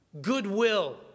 goodwill